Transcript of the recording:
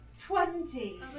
Twenty